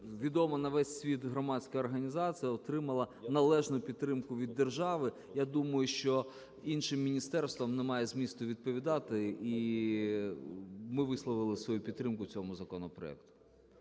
відома на весь світ, громадська організація отримала належну підтримку від держави. Я думаю, що іншим міністерствам немає змісту відповідати і ми висловили свою підтримку цьому законопроекту.